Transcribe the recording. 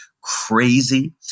crazy